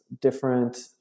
different